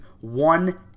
one